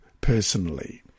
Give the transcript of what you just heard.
personally